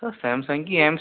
سر Samsung کی M